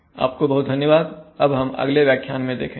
आपको बहुत धन्यवाद अब हम अगले व्याख्यान में देखेंगे